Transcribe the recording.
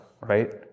right